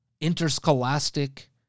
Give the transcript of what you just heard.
interscholastic